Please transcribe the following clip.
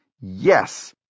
yes